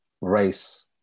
race